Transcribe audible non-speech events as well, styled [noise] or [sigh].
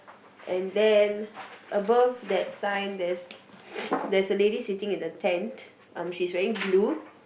and then above that sign there's [noise] there's a lady sitting in the tent um she's wearing blue